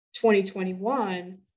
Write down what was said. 2021